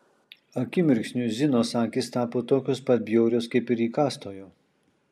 akimirksniu zinos akys tapo tokios pat bjaurios kaip ir įkąstojo